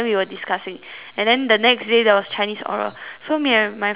and then the next day there was chinese oral so me and my friend discussed